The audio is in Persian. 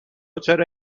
چرا